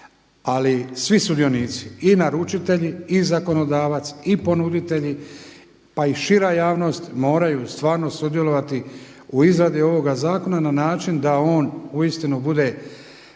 Ali svi sudionici i naručitelji i zakonodavaca i ponuditelji, pa i šira javnost moraju stvarno sudjelovati u izradi ovoga zakona na način da on uistinu bude